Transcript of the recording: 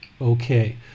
Okay